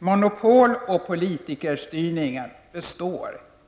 monopol och politikerstyrningen består.